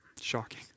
Shocking